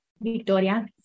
victoria